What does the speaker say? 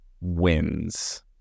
wins